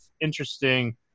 interesting